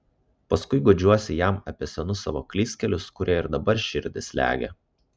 paskui guodžiuosi jam apie senus savo klystkelius kurie ir dabar širdį slegia